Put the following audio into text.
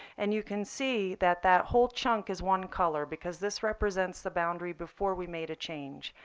and you can see that that whole chunk is one color because this represents the boundary before we made a change.